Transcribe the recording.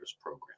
program